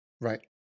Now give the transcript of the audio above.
Right